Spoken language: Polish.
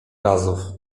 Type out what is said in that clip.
razów